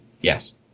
yes